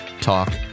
Talk